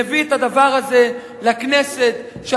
מביא לכנסת את הדבר הזה,